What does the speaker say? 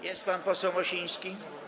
Jest pan poseł Mosiński?